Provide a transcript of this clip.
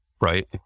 right